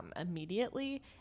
immediately